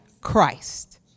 Christ